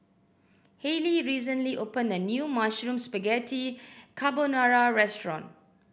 Hayley recently opened a new Mushroom Spaghetti Carbonara Restaurant